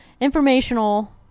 Informational